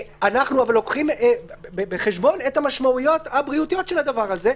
אנחנו אבל לוקחים בחשבון את המשמעויות הבריאותיות של הדבר הזה,